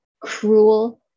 cruel